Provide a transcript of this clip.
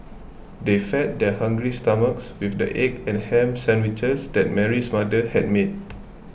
they fed their hungry stomachs with the egg and ham sandwiches that Mary's mother had made